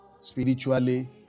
spiritually